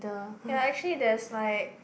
ya actually there is like